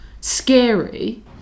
scary